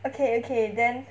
okay okay then